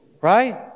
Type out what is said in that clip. right